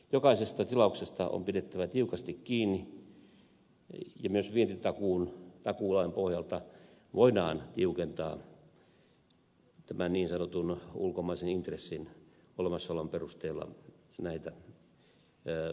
jokaisesta tilauksesta on pidettävä tiukasti kiinni ja myös vientitakuulain pohjalta voidaan tiukentaa tämän niin sanotun ulkomaisen intressin olemassaolon perusteella näitä takuuehtoja